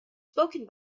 spoken